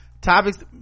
Topics